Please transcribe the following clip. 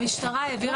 המשטרה העבירה,